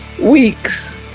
weeks